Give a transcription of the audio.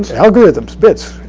algorithms, bits.